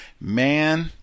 man